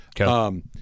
Okay